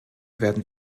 werden